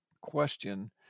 question